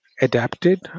adapted